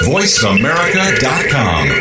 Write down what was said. VoiceAmerica.com